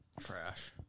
Trash